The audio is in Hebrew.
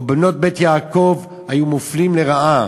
או בנות "בית יעקב", היו מופלים לרעה,